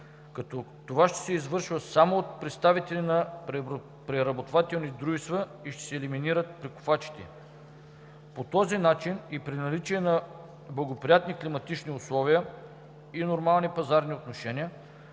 като това ще се извършва само от представители на преработвателните дружества и ще се елиминират прекупвачите. По този начин и при наличие на благоприятни климатични условия и нормални пазарни отношения